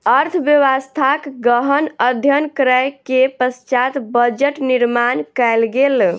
अर्थव्यवस्थाक गहन अध्ययन करै के पश्चात बजट निर्माण कयल गेल